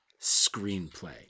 Screenplay